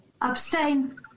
Abstain